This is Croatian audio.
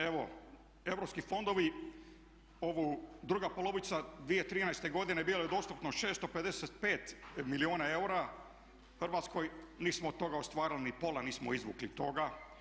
Evo europski fondovi, druga polovica 2013.godine bila je dostupno 655 milijuna eura Hrvatskoj, nismo od toga ostvarili ni pola, ni pola nismo izvukli toga.